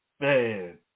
man